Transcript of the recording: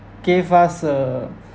gave us a